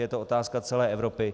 Je to otázka celé Evropy.